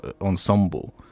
ensemble